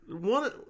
one